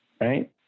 right